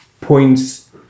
points